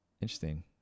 Interesting